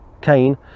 cain